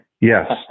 yes